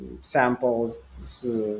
samples